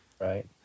Right